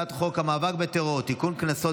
בסדר-היום, הצעת חוק המאבק בטרור (תיקון קנסות